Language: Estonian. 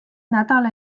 nädal